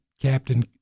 Captain